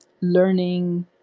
learning